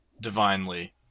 divinely